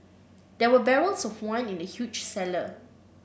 there were barrels of wine in the huge cellar